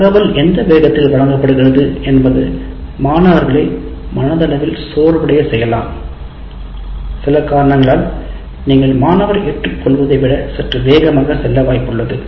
தகவல் எந்த வேதத்தில் வழங்கப்படுவது என்பது மாணவர்களை மனதளவில் சோர்வடையச் செய்யலாம் சில காரணங்களால் நீங்கள் மாணவர் ஏற்றுக்கொள்வதை விட சற்று வேகமாக செல்ல வாய்ப்புள்ளது